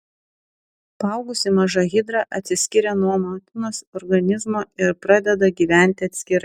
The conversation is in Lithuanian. paaugusi maža hidra atsiskiria nuo motinos organizmo ir pradeda gyventi atskirai